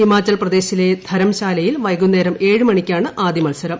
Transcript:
ഹിമാചൽപ്രദേശിലെ ധരംശാലയിൽ വൈകു ന്നരം ഏഴ്മണിക്കാണ് ആദ്യമത്സരം